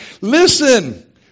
listen